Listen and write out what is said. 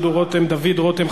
תודה לך, חבר הכנסת דוד רותם.